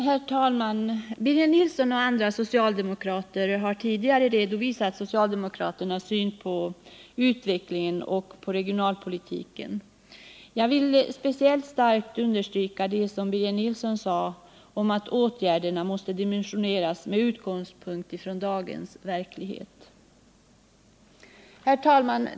Herr talman! Birger Nilsson och andra socialdemokrater har tidigare redovisat socialdemokraternas syn på utvecklingen och på regionalpolitiken. Jag vill speciellt starkt understryka det som Birger Nilsson sade om att åtgärderna måste dimensioneras med utgångspunkt i dagens verklighet.